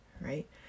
right